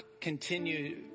continue